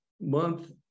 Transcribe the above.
month